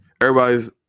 Everybody's